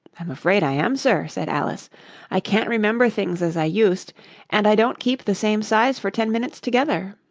i'm afraid i am, sir said alice i can't remember things as i used and i don't keep the same size for ten minutes together